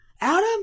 Adam